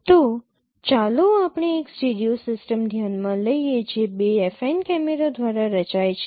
તો ચાલો આપણે એક સ્ટીરિયો સિસ્ટમ ધ્યાનમાં લઈએ જે બે એફાઇન કેમેરા દ્વારા રચાય છે